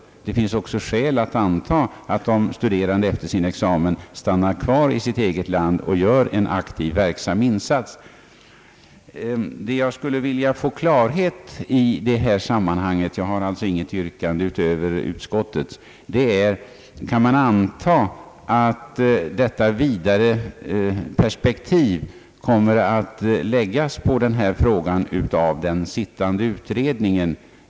Det finns då också skäl att anta att de studerande efter sin examen stannar kvar i sitt eget land och där gör en aktiv insats. Vad jag i detta sammanhang skulle vilja få klarhet i — jag har alltså inget yrkande utöver utskottets — är om man kan anta att detta vidare perspektiv kommer att läggas på frågan av den sittande utredningen.